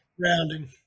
Rounding